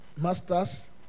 master's